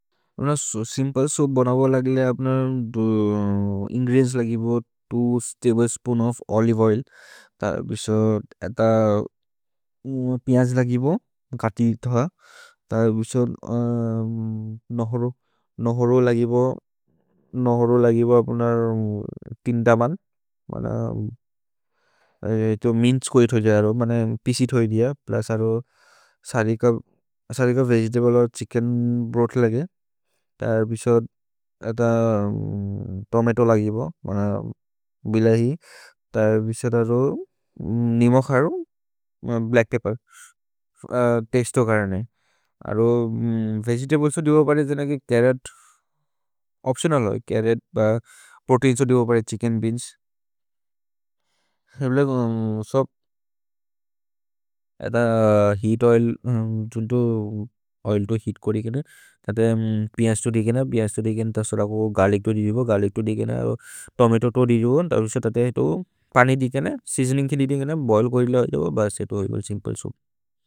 Simple soup बनव लगिले अप्न इन्ग्रेदिएन्त्स् लगिबो दो तब्लेस्पून् ओफ् ओलिवे ओइल्, पिअज् लगिबो गति धह, नहोरो लगिबो अप्नर् तीन् दमन्। मिन्चे कोइ थोइ दिय प्लुस् सरिक वेगेतब्ले और् छिच्केन् रोत् लगे, तोमतो लगिब, निमो खरु, ब्लच्क् पेप्पेर्, वेगेतब्लेस् लगिब, चर्रोत् लगिब, प्रोतेइन्स् लगिब, छिच्केन् बेअन्स् लगिब, हेअत् ओइल्, ओनिओन् लगिब, गर्लिच् लगिब, तोमतो लगिब, वतेर् लगिब।